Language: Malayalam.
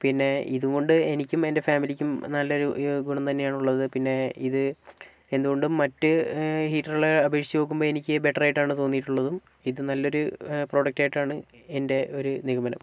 പിന്നെ ഇതുകൊണ്ട് എനിക്കും എൻ്റെ ഫാമിലിക്കും നല്ലൊരു ഗുണം തന്നെയാണുള്ളത് പിന്നെ ഇത് എന്തുകൊണ്ടും മറ്റ് ഹീറ്ററുകളെ അപേക്ഷിച്ച് നോക്കുമ്പോൾ എനിക്ക് ബെറ്ററായിട്ടാണ് തോന്നിയിട്ടുള്ളതും ഇത് നല്ലൊരു പ്രൊഡക്റ്റ് ആയിട്ടാണ് എൻ്റെ ഒരു നിഗമനം